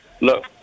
Look